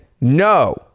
no